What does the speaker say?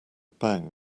bang